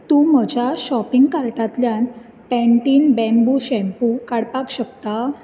तूं म्हज्या शॉपिंग कार्टांतल्यान पॅन्टीन बँबू शाम्पू काडपाक शकता